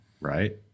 right